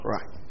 Right